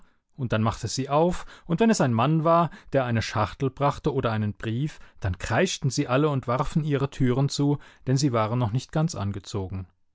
und dann machte sie auf und wenn es ein mann war der eine schachtel brachte oder einen brief dann kreischten sie alle und warfen ihre türen zu denn sie waren noch nicht ganz angezogen